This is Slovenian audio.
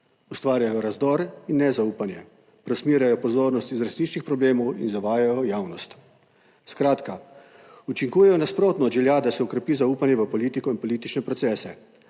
ustvarjajo razdor in nezaupanje, preusmerjajo pozornost iz resničnih problemov in zavajajo javnost, skratka učinkujejo nasprotno od želja, da se okrepi zaupanje v politiko in politične procese.